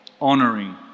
honoring